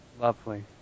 Lovely